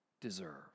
deserve